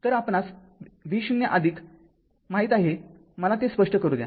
तर आपणास v0माहित आहेमला ते स्पष्ट करू द्या